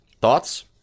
Thoughts